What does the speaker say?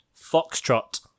Foxtrot